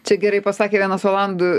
čia gerai pasakė vienas olandų